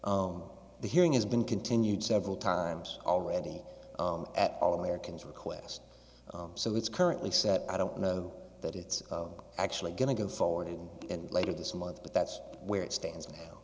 own the hearing has been continued several times already at all americans request so it's currently set i don't know that it's actually going to go forward and later this month but that's where it stands